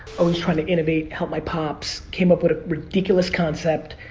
always trying to innovate, help my pops, came up with a ridiculous concept.